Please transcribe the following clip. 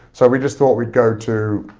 so we just thought we'd go to,